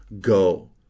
Go